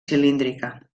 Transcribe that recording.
cilíndrica